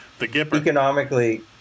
economically